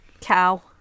Cow